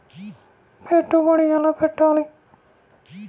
పెట్టుబడి ఎలా పెట్టాలి?